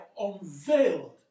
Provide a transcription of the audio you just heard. unveiled